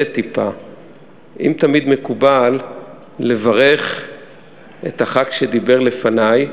ריבלין, אני שוב, אדוני יושב-ראש הכנסת היוצאת,